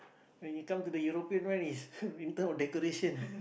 when it come to the European one is winter or decoration